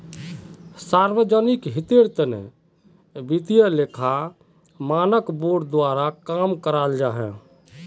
सार्वजनिक हीतेर तने वित्तिय लेखा मानक बोर्ड द्वारा काम कराल जाहा